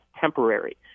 temporary